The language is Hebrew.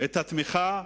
את התמיכה